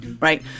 Right